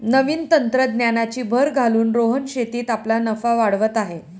नवीन तंत्रज्ञानाची भर घालून रोहन शेतीत आपला नफा वाढवत आहे